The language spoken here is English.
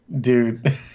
Dude